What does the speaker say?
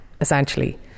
essentially